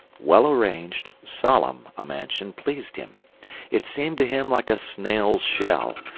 well-arranged, solemn a mansion pleased him it seemed to him like a snail's shell,